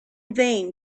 vain